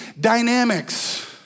dynamics